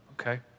okay